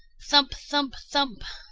thump! thump! thump!